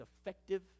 effective